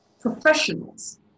professionals